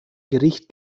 gericht